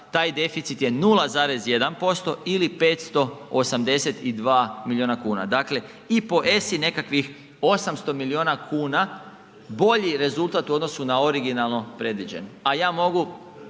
taj deficit je 0,1% ili 582 miliona kuna. Dakle, i po ESI nekakvih 800 miliona kuna bolji rezultat u odnosu na originalno predviđen, a ja mogu